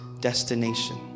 destination